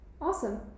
awesome